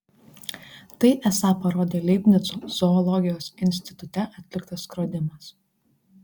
tai esą parodė leibnico zoologijos institute atliktas skrodimas